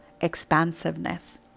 expansiveness